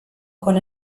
con